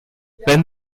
wenn